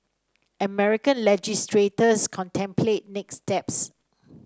American legislators contemplate next steps